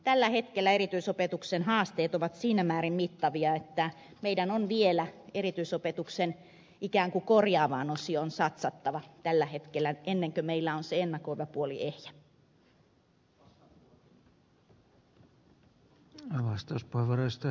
tällä hetkellä erityisopetuksen haasteet ovat siinä määrin mittavia että meidän on vielä erityisopetuksen ikään kuin korjaavaan osioon satsattava tällä hetkellä ennen kuin meillä on se ennakoiva puoli ehjä